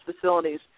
facilities